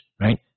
right